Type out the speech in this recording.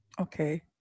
Okay